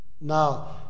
Now